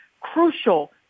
crucial